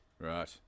Right